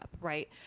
right